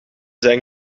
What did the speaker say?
zijn